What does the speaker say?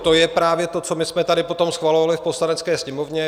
To je právě to, co jsme tady potom schvalovali v Poslanecké sněmovně.